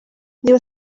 niba